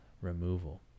removal